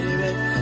baby